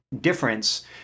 difference